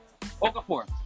Okafor